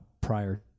prior